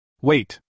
Wait